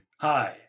Hi